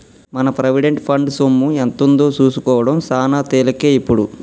మన provident fund సొమ్ము ఎంతుందో సూసుకోడం సాన తేలికే ఇప్పుడు